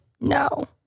no